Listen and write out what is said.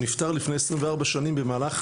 הוא נפטר לפני עשרים וארבע שנים במהלך